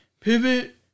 Pivot